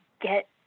get